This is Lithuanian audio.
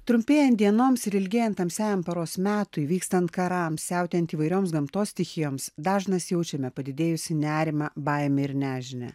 trumpėjant dienoms ir ilgėjant tamsiajam paros metui vykstant karams siautėjant įvairioms gamtos stichijoms dažnas jaučiame padidėjusį nerimą baimę ir nežinią